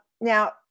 now